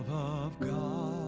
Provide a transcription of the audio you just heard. of god